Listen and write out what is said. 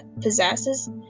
possesses